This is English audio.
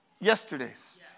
yesterdays